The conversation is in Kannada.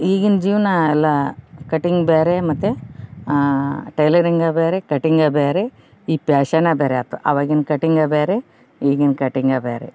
ಈಗಿನ ಜೀವನ ಎಲ್ಲಾ ಕಟ್ಟಿಂಗ್ ಬ್ಯಾರೆ ಮತ್ತು ಟೈಲರಿಂಗಾ ಬ್ಯಾರೆ ಕಟ್ಟಿಂಗಾ ಬ್ಯಾರೇ ಈ ಪ್ಯಾಷನ್ನಾ ಬ್ಯಾರೇ ಆತು ಆವಾಗಿನ ಕಟ್ಟಿಂಗಾ ಬ್ಯಾರೆ ಈಗಿನ ಕಟ್ಟಿಂಗಾ ಬ್ಯಾರೆ